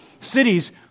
Cities